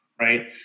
Right